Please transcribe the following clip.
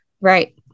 right